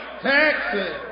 Texas